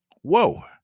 Whoa